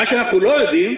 מה שאנחנו לא יודעים,